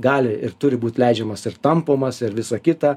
gali ir turi būt leidžiamas ir tampomas ir visa kita